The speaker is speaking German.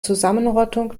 zusammenrottung